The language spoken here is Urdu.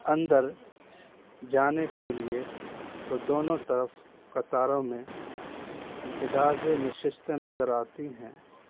اندر جانے کے لیے تو دونوں طرف قطاروں میں گدازیں نشستیں نظر آتی ہیں